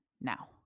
now